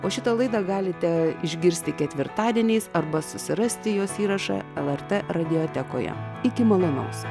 o šitą laidą galite išgirsti ketvirtadieniais arba susirasti jos įrašą lrt radiotekoje iki malonaus